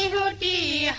will be